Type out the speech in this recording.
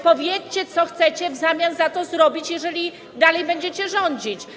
Powiedzcie, co chcecie w zamian za to zrobić, jeżeli dalej będziecie rządzić.